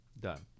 done